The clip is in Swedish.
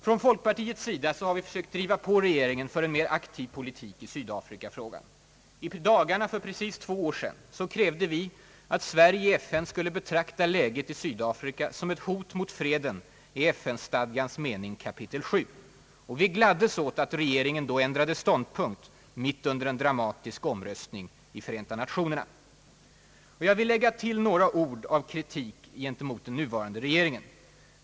Från folkpartiets sida har vi sökt driva på regeringen för en mer aktiv politik i Sydafrikafrågan. I dagarna för exakt två år sedan krävde vi att Sverige i FN skulle betrakta läget i Sydafrika som ett hot mot freden i FN:stadgans mening kapitel 7. Vi gladdes åt att regeringen då ändrade ståndpunkt mitt under en dramatisk omröstning i Förenta Nationerna. Och jag vill lägga till några ord av kritik mot den nuvarande regeringen.